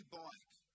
bike